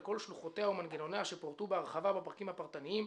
על כל שלוחותיה ומנגנוניה שפורטו בהרחבה בפרקים הפרטניים,